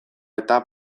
eta